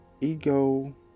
Ego